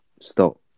Stop